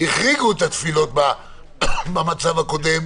החריגו את התפילות במצב הקודם.